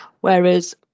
whereas